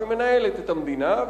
שמנהלת את המדינה,